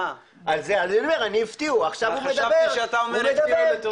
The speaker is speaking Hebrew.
אה, חשבתי שאתה אומר הפתיעו לטובה.